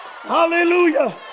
Hallelujah